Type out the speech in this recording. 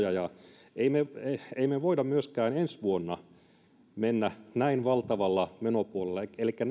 tuloja ja emme me emme me voi myöskään ensi vuonna mennä näin valtavalla menopuolella elikkä